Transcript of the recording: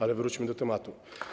Ale wróćmy do tematu.